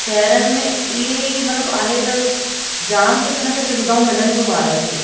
शहरनि में इहेई मतिलब आहे त जाम कुझु हुनखे सुविधाऊं मिलनि थियूं हुननि ॿारनि खे